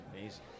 amazing